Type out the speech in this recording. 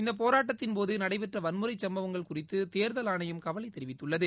இந்தப் போராட்டத்தின்போது நடைபெற்ற வன்முறை சும்பவங்கள் குறித்து தேர்தல் ஆணையம் கவலை தெரிவித்துள்ளது